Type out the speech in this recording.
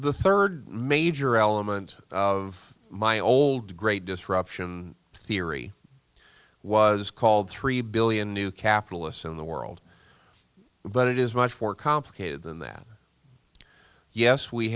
the third major element of my old great disruption theory was called three billion new capitalists in the world but it is much more complicated than that yes we